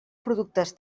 productes